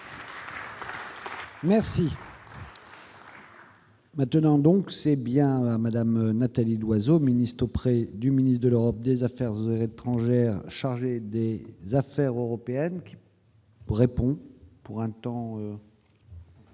finances. Maintenant, donc c'est bien madame Nathalie Loiseau, ministre auprès du ministre de l'Europe des Affaires étrangères chargé des Affaires européennes. Répond pour un temps.